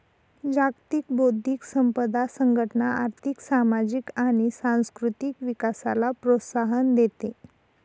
जागतिक बौद्धिक संपदा संघटना आर्थिक, सामाजिक आणि सांस्कृतिक विकासाला प्रोत्साहन देते